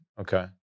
Okay